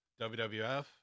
WWF